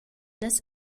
las